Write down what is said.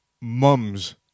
mums